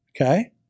okay